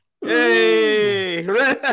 Hey